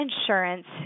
insurance